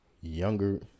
younger